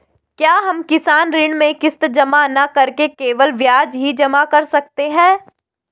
क्या हम किसान ऋण में किश्त जमा न करके केवल ब्याज ही जमा कर सकते हैं?